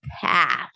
path